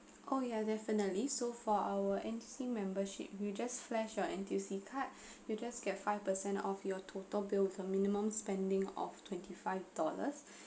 oh ya definitely so for our N_T_U_C membership you just flash your N_T_U_C card you just get five percent of your total bill with a minimum spending of twenty five dollars